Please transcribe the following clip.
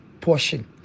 portion